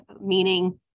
meaning